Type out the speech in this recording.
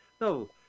No